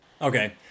Okay